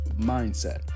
mindset